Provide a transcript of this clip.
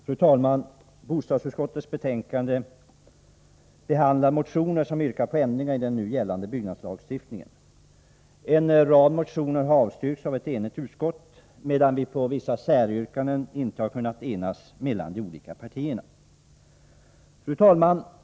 Fru talman! Bostadsutskottets betänkande nr 13 behandlar motioner som yrkar på ändringar i den nu gällande byggnadslagstiftningen. En rad motioner har avstyrkts av ett enigt utskott, medan vi beträffande vissa säryrkanden inte har kunnat enas mellan de olika partierna. Fru talman!